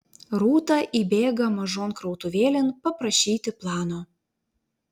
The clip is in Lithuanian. rūta įbėga mažon krautuvėlėn paprašyti plano